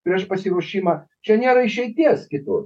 prieš pasiruošimą čia nėra išeities kitur